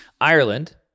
Ireland